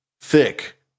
thick